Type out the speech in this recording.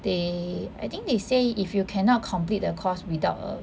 they I think they say if you cannot complete the course without a